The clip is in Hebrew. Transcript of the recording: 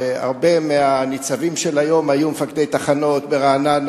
והרבה מהניצבים של היום היו מפקדי תחנות ברעננה,